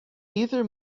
either